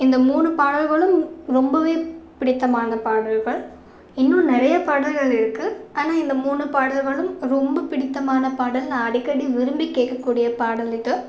இந்த மூணு பாடல்களும் ரொம்பவே பிடித்தமான பாடல்கள் இன்னும் நிறைய பாடல்கள் இருக்குது ஆனால் இந்த மூணு பாடல்களும் ரொம்ப பிடித்தமான பாடல் நான் அடிக்கடி விரும்பி கேட்கக்கூடிய பாடல் இது